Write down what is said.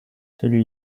celui